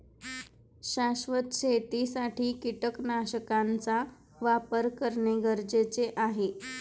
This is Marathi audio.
शाश्वत शेतीसाठी कीटकनाशकांचा वापर करणे गरजेचे आहे